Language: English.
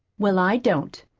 well, i don't.